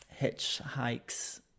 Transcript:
hitchhikes